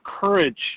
courage